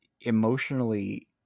emotionally